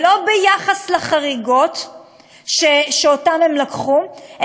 ולא ביחס לחריגות שהם לקחו,